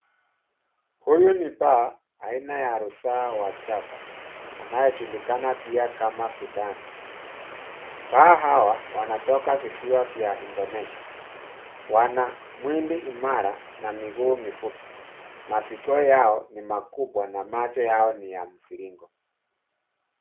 Huyu ni paa aina ya rusa wa java anayejulikana pia kama Sudan. Paa hawa wanatoka katika visiwa vya Indonesia, wana mwili imara na miguu mifupi. Maskio yao ni makubwa na macho yao ni ya mviringo.